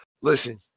Listen